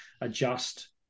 adjust